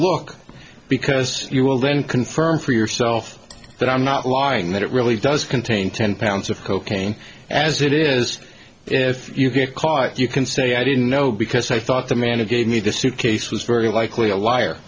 look because you will then confirm for yourself that i'm not lying that it really does contain ten pounds of cocaine as it is if you get caught you can say i didn't know because i thought the man who gave me the suitcase was very likely a liar